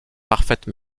parfaite